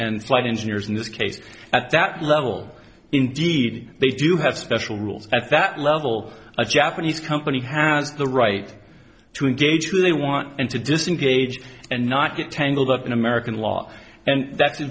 flight engineers in this case at that level indeed they do have special rules at that level a japanese company has the right to engage who they want and to disengage and not get tangled up in american law and that